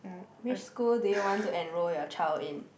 which school do you want to enrol your child in